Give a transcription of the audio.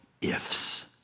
ifs